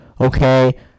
okay